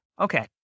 Okay